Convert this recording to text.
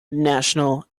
national